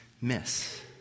miss